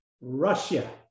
Russia